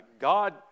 God